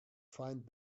find